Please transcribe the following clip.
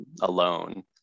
alone